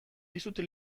dizute